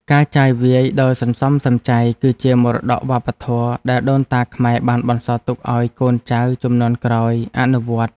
ការចាយវាយដោយសន្សំសំចៃ គឺជាមរតកវប្បធម៌ដែលដូនតាខ្មែរបានបន្សល់ទុកឱ្យកូនចៅជំនាន់ក្រោយអនុវត្ត។